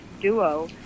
duo